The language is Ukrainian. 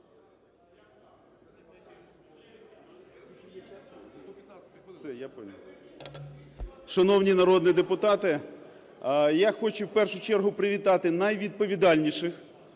Шановні народні депутати, я хочу в першу чергу привітати найвідповідальніших